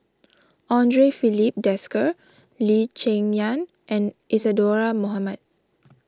andre Filipe Desker Lee Cheng Yan and Isadhora Mohamed